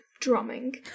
drumming